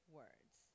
words